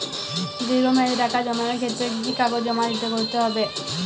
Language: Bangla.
দীর্ঘ মেয়াদি টাকা জমানোর ক্ষেত্রে কি কি কাগজ জমা করতে হবে?